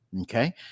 okay